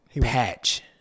Patch